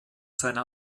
seiner